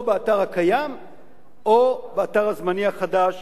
או באתר הקיים או באתר הזמני החדש